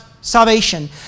salvation